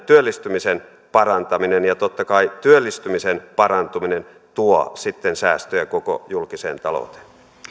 työllistymisen parantaminen ja totta kai työllistymisen parantuminen tuo sitten säästöjä koko julkiseen talouteen